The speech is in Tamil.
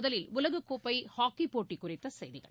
முதலில் உலகக்கோப்பை ஹாக்கிப்போட்டி குறித்த செய்திகள்